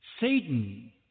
Satan